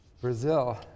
Brazil